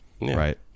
right